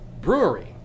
Brewery